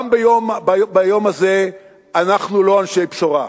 גם ביום הזה אנחנו לא אנשי בשורה.